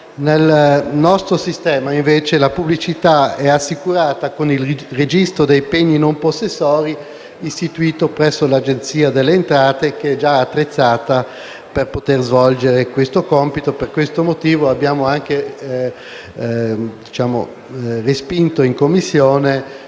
Nel nostro sistema, invece, la pubblicità è assicurata con il registro dei pegni non possessori istituito presso l'Agenzia delle entrate che è già attrezzata per poter svolgere questo compito. Per questo motivo abbiamo anche respinto, in Commissione,